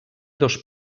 dos